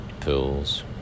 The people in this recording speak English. pills